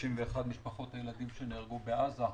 ו-61 משפחות הילדים שנהרגו בעזה.